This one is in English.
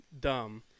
dumb